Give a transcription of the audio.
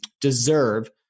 Deserve